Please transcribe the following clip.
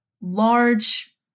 large